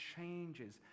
changes